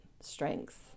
strengths